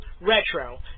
Retro